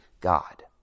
God